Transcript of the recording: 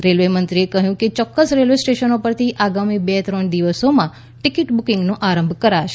railway મંત્રીએ કહ્યું કે ચોક્ક્સ રેલવે સ્ટેશનો પરથી આગામી બે ત્રણ દિવસોમાં ટિકીટ બુકિંગનો પ્રારંભ કરાશે